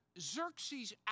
Xerxes